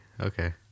Okay